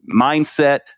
mindset